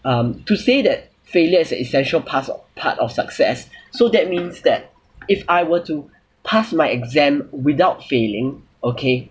um to say that failure is an essential parts of part of success so that means that if I were to pass my exam without failing okay